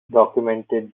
documented